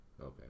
Okay